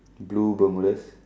blue Bermudas